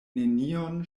nenion